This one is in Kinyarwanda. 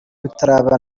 bitaraba